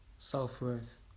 self-worth